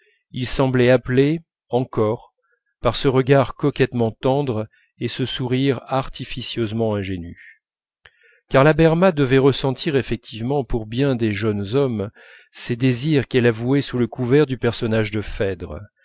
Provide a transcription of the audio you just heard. il semblait appeler encore par ce regard coquettement tendre et ce sourire artificieusement ingénu car la berma devait ressentir effectivement pour bien des jeunes hommes ces désirs qu'elle avouait sous le couvert du personnage de